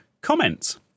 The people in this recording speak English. Comments